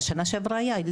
שנה שעברה היה,